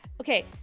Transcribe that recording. Okay